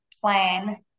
Plan